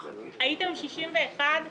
הייתם 61,